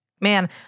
Man